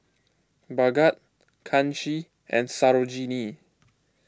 Bhagat Kanshi and Sarojini